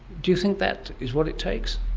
do you think that is what it takes?